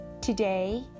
Today